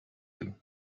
you